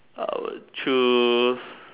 I would choose